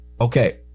okay